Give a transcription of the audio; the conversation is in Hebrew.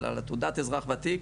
אבל על תעודת האזרח וותיק,